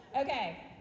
Okay